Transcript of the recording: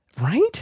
Right